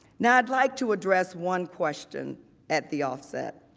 now i would like to address one question at the off set.